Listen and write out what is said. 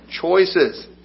choices